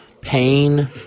pain